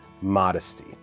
modesty